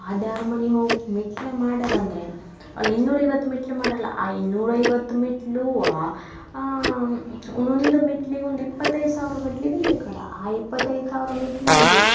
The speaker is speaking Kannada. ಆ ದ್ಯಾವ್ರ ಮನೆ ಹೋಗುಕ್ಕೆ ಮೆಟ್ಲು ಮಾಡರ ಅಂದರೆ ಅಲ್ಲಿ ಇನ್ನೂರ ಐವತ್ತು ಮೆಟ್ಲು ಮಾಡಾರಲ್ಲ ಆ ಇನ್ನೂರ ಐವತ್ತು ಮೆಟ್ಲೂ ಒಂದೊಂದು ಮೆಟ್ಟಿಲಿಗೂ ಒಂದು ಇಪ್ಪತ್ತೈದು ಸಾವಿರ ಗಟ್ಲೆ ಬಿದ್ದಿರು ಕಡ ಆ ಇಪ್ಪತ್ತೈದು ಸಾವಿರ ಮೆಟ್ಲು ಆದರೂ